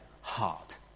heart